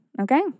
okay